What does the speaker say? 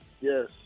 Yes